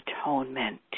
atonement